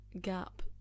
gap